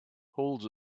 holds